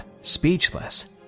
speechless